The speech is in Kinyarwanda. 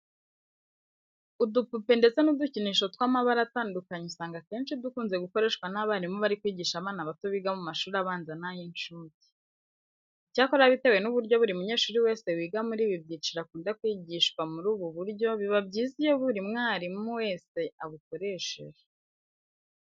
Udupupe ndetse n'udukinisho tw'amabara atandukanye usanga akenshi dukunze gukoreshwa n'abarimu bari kwigisha abana bato biga mu mashuri abanza n'ay'incuke. Icyakora bitewe n'uburyo buri munyeshuri wese wiga muri ibi byiciro akunda kwigishwa muri ubu buryo, biba byiza iyo buri mwarimu wese abukoresheje.